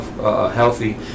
healthy